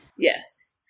Yes